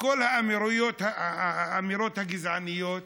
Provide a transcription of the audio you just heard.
וכל האמירות הגזעניות,